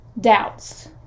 Doubts